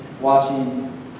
watching